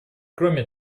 кроме